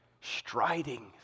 striding